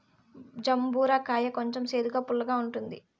జంబూర కాయ కొంచెం సేదుగా, పుల్లగా ఉంటుంది